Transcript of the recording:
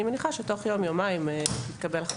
אני מניחה שתוך יום-יומיים תתקבל החלטה.